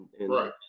Right